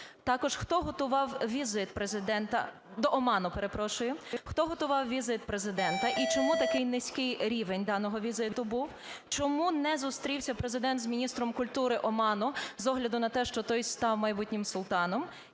Також, хто готував візи Президента… До Оману, перепрошую. Хто готував візи Президента і чому такий низький рівень даного візиту був? Чому не зустрівся Президент з міністром культури Оману з огляду на те, що той став майбутнім султаном?